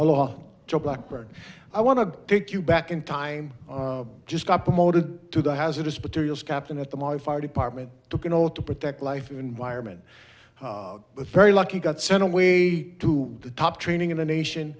law joe blackbird i want to take you back in time just got promoted to the hazardous materials captain at the my fire department took an oath to protect life and environment but very lucky got sent a way to the top training in the nation